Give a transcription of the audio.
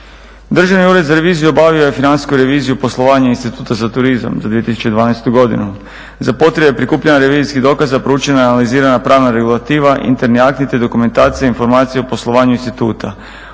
Državni ured za reviziju obavio je financijsku reviziju poslovanja instituta za turizam za 2012. godinu. Za potrebe prikupljanja revizijskih dokaza proučena je i analizirana pravna regulativa, interni akti te dokumentacija i informacije o poslovanju instituta.